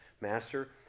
Master